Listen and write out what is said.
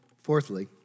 Fourthly